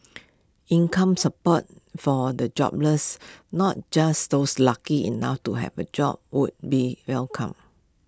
income support for the jobless not just those lucky enough to have A job would be welcome